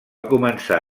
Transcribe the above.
començar